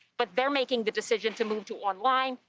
but they're making the decision to move to online.